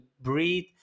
breathe